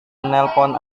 menelpon